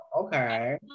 okay